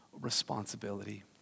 responsibility